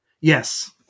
Yes